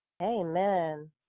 Amen